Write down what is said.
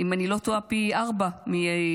אם אני לא טועה, פי ארבעה מסדיר.